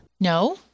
no